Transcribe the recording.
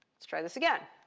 let's try this again.